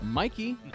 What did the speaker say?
Mikey